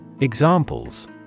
Examples